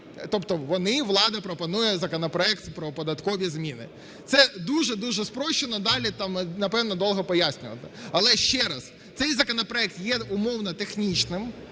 вони, влада пропонує законопроект про податкові зміни. Це дуже-дуже спрощено, далі там, напевно, довго пояснювати. Але ще раз. Цей законопроект є умовно технічним,